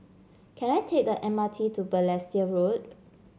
can I take the M R T to Balestier Road